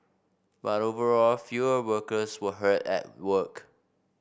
but overall fewer workers were hurt at work